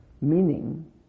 meaning